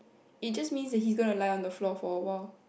it just means that he is gonna lie on the floor for a while